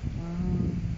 ah